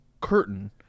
curtain